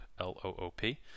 L-O-O-P